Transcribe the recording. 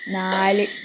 നാല്